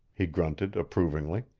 he grunted approvingly.